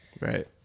Right